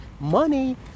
money